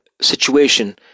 situation